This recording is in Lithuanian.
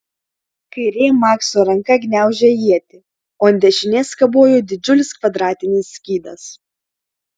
kairė makso ranka gniaužė ietį o ant dešinės kabojo didžiulis kvadratinis skydas